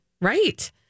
Right